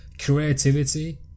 creativity